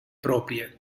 proprie